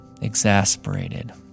exasperated